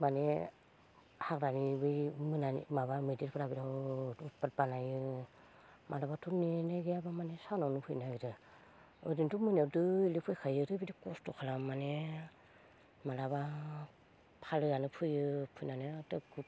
माने हाग्रानि बै मोनानि माबा मैदेरफोरा बिराद उद फाद बानायो माब्लाबाथ' नेहैयाब्ला माने सानावनो फैनो नागिरो ओरैनथ' मोनायाव दोलो फैखायो ओरैबायदि खस्थ' खालामो माने माब्लाबा फालोआनो फैयो फैनानै